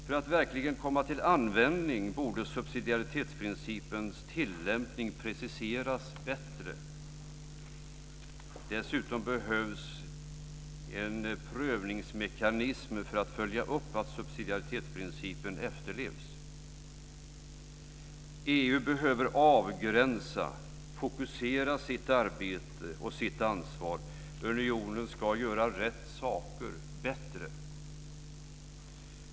För att den verkligen ska komma till användning borde subsidiaritetsprincipens tillämpning preciseras bättre. Dessutom behövs en prövningsmekanism för att följa upp att subsidiaritetsprincipen efterlevs. EU behöver avgränsa och fokusera sitt arbete och sitt ansvar. Unionen ska göra rätt saker bättre.